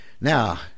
Now